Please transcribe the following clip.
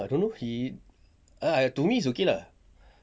I don't know he ah to me it's okay lah